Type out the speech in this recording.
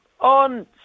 on